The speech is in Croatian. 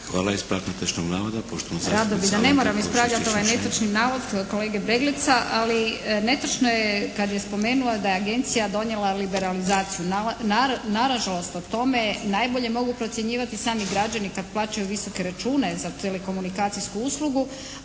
Čičin-Šain, Alenka (HNS)** Rado bih da ne moram ispravljati ovaj netočni navod kolege Bregleca. Ali netočno je kad je spomenuo da je Agencija donijela liberalizaciju. Nažalost o tome najbolje mogu procjenjivati sami građani kad plaćaju visoke račune za telekomunikacijsku uslugu,